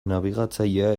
nabigatzailea